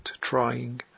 trying